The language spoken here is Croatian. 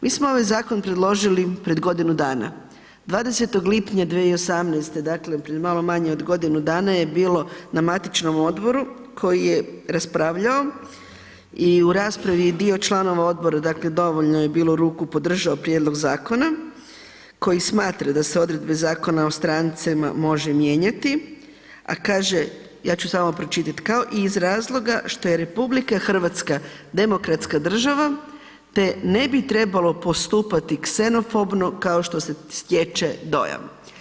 Mi smo ovaj zakon predložili pred godinu dana, 20. lipnja 2018., dakle pred malo manje od godinu je bilo na matičnom odboru koji je raspravljao i u raspravi je dio članova odbora dakle dovoljno je bilo ruku podržao prijedlog zakona koji smatra da se odredbe Zakona o strancima može mijenjati a kaže, ja ću samo pročitati, kao i iz razloga što je RH demokratska država te ne bi trebalo postupati ksenofobno kao što se stječe dojam.